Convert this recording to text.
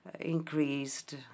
increased